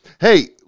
Hey